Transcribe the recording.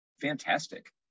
Fantastic